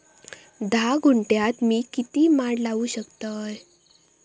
धा गुंठयात मी किती माड लावू शकतय?